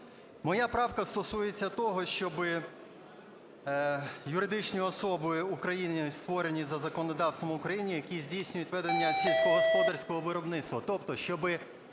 Моя правка стосується того, щоби "юридичні особи України, створені за законодавством України, які здійснюють ведення сільськогосподарського виробництва". Тобто щоби